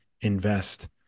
invest